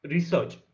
Research